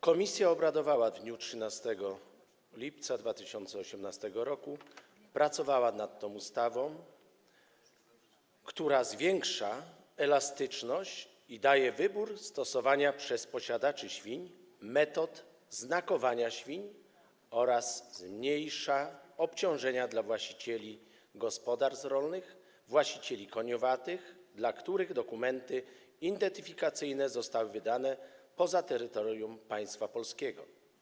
Komisja obradowała w dniu 13 lipca 2018 r., pracowała nad tą ustawą, która zwiększa elastyczność i daje wybór w zakresie stosowania przez posiadaczy świń metod znakowania świń oraz zmniejsza obciążenia dla właścicieli gospodarstw rolnych, właścicieli koniowatych, dla których dokumenty identyfikacyjne zostały wydane poza terytorium państwa polskiego.